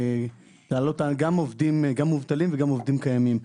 גם מובטלים וגם עובדים קיימים.